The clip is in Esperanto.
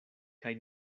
kaj